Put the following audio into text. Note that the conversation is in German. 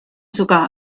sogar